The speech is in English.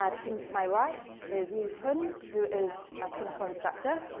ah to my right is yee htun, who is a clinical instructor,